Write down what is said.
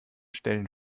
stellen